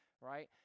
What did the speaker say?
Right